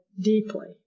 deeply